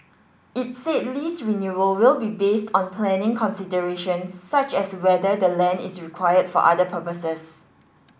it said lease renewal will be based on planning considerations such as whether the land is required for other purposes